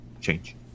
change